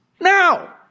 now